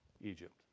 Egypt